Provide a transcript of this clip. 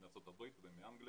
מארצות הברית ומאנגליה,